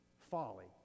folly